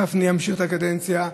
גפני ימשיך את הקדנציה.